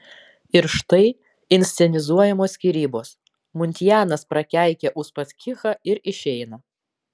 ir štai inscenizuojamos skyrybos muntianas prakeikia uspaskichą ir išeina